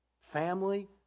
family